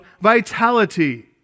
vitality